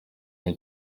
muri